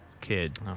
kid